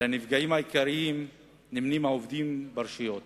עם הנפגעים העיקריים נמנים העובדים ברשויות